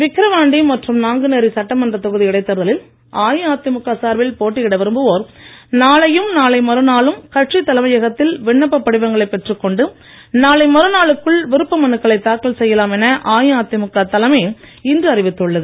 விக்கிரவாண்டி மற்றும் நாங்குநேரி சட்டமன்றத் தொகுதி இடைத்தேர்தலில் அஇஅதிமுக சார்பில் போட்டியிட விரும்புவோர் நாளையும் நாளை மறுநாளும் கட்சித் தலைமையகத்தில் விண்ணப்ப படிவங்களை பெற்றுக்கொண்டு நாளை மறுநாளுக்குள் விருப்ப மனுக்களை தாக்கல் செய்யலாம் என அஇஅதிமுக தலைமை இன்று அறிவித்துள்ளது